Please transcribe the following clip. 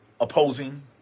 opposing